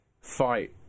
fight